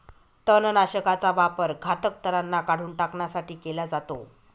तणनाशकाचा वापर घातक तणांना काढून टाकण्यासाठी केला जातो